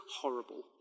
horrible